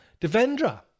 Devendra